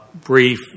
brief